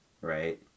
right